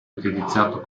utilizzato